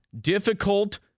difficult